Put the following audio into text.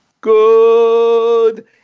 good